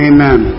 Amen